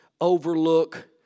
overlook